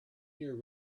year